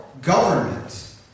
government